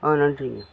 ஆ நன்றிங்க